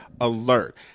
alert